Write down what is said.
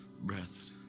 breath